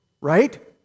right